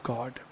God